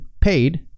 paid